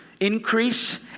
increase